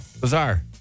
Bizarre